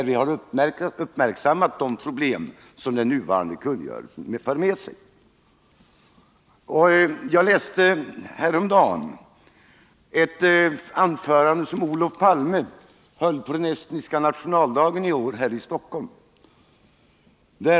Vi har där uppmärksammat de problem som den nuvarande kungörelsen för med sig. Jag läste häromdagen ett tal som Olof Palme höll på den estniska nationaldagen i år här i Stockholm.